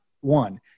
one